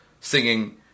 singing